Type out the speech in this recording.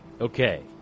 Okay